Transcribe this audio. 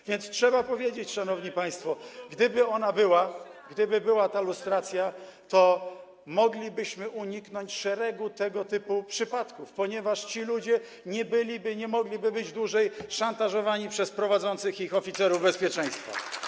A więc trzeba powiedzieć, szanowni państwo, że gdyby ona była, gdyby była lustracja, to moglibyśmy uniknąć szeregu tego typu przypadków, ponieważ ci ludzie nie byliby, nie mogliby być dłużej szantażowani przez prowadzących ich oficerów bezpieczeństwa.